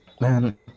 man